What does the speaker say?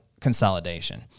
consolidation